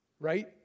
right